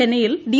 ചെന്നൈയിൽ ഡി